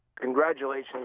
Congratulations